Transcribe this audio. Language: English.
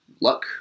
luck